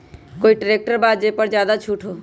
कोइ ट्रैक्टर बा जे पर ज्यादा छूट हो?